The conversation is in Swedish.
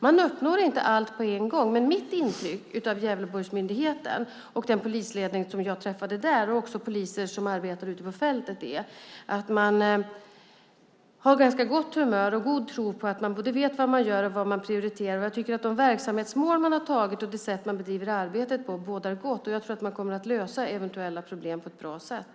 Man uppnår inte allt på en gång, men mitt intryck av Gävleborgsmyndigheten, den polisledning som jag träffade där och också poliser som arbetar ute på fältet är att man har ganska gott humör och en god tro på att man både vet vad man gör och vad man prioriterar. Jag tycker att de verksamhetsmål man har antagit och det sätt man bedriver arbetet på bådar gott, och jag tror att man kommer att lösa eventuella problem på ett bra sätt.